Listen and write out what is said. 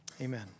Amen